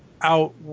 out